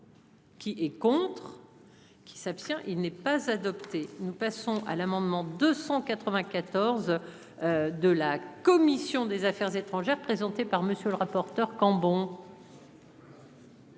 Qui est contre. Qui s'abstient. Il n'est pas adopté. Nous passons à l'amendement 294. De la commission des Affaires étrangères, présenté par monsieur le rapporteur Cambon.